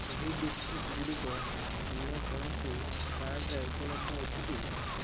ଏହି ବିସ୍କୁଟ୍ଗୁଡ଼ିକ ଅନ୍ୟ କୌଣସି ବ୍ରାଣ୍ଡ୍ରେ ଉପଲବ୍ଧ ଅଛି କି